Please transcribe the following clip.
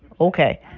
Okay